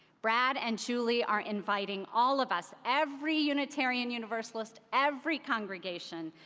brad and julie are inviting all of us, every unitarian universalist, every congregation,